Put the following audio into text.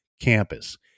campus